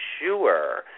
sure